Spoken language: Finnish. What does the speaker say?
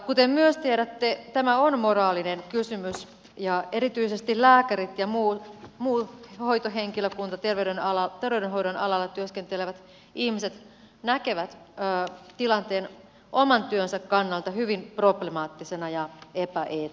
kuten myös tiedätte tämä on moraalinen kysymys ja erityisesti lääkärit ja muu hoitohenkilökunta terveydenhoidon alalla työskentelevät ihmiset näkevät tilanteen oman työnsä kannalta hyvin problemaattisena ja epäeettisenä